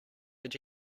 did